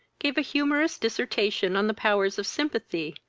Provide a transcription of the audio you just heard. gave a humorous dissertation on the powers of sympathy,